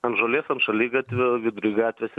ant žolės ant šaligatvio vidury gatvės